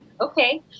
okay